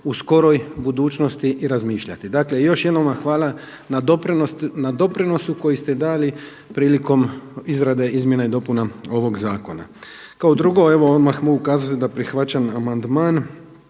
u skoroj budućnosti i razmišljati. Dakle, još jednom vam hvala na doprinosu koji ste dali prilikom izrade izmjena i dopuna ovog Zakona. Kao drugo, evo odmah mogu kazati da prihvaćam amandman